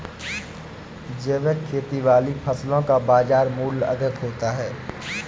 जैविक खेती वाली फसलों का बाज़ार मूल्य अधिक होता है